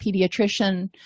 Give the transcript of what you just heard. pediatrician